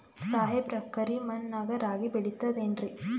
ಸಾಹೇಬ್ರ, ಕರಿ ಮಣ್ ನಾಗ ರಾಗಿ ಬೆಳಿತದೇನ್ರಿ?